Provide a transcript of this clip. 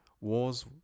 wars